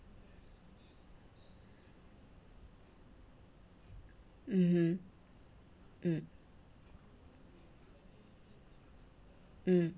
mmhmm mm mm